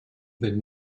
with